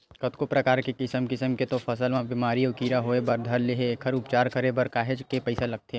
कतको परकार के किसम किसम के तो फसल म बेमारी अउ कीरा होय बर धर ले एखर उपचार करे बर काहेच के पइसा लगथे